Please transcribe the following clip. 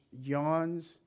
yawns